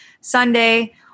Sunday